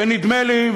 ונדמה לי,